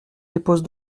dépose